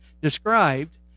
described